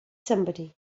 somebody